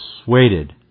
persuaded